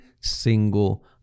single